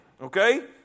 Okay